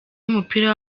w’umupira